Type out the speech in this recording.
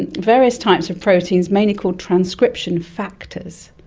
and various types of proteins mainly called transcription factors.